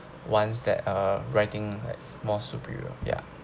once that uh writing like more superior ya